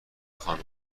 خانم